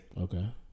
Okay